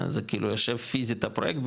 זה כאילו יושב פיזית הפרויקט,